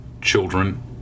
children